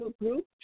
group